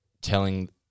telling